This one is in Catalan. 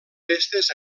festes